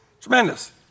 tremendous